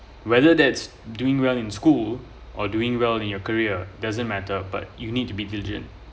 whether that's doing well in school or doing well in your career doesn't matter but you need to be diligent